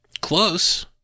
Close